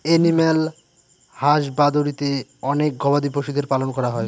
animal হাসবাদরীতে অনেক গবাদি পশুদের পালন করা হয়